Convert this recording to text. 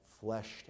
fleshed